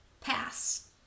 pass